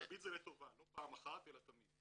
תמיד זה לטובה, לא פעם אחת אלא תמיד.